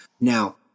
Now